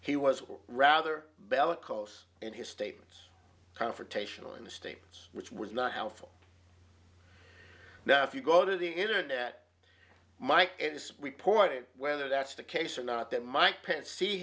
he was or rather bellicose in his statements confrontational in the states which was not helpful now if you go to the internet mike it is reported whether that's the case or not that mike